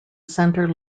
center